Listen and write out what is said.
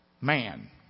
man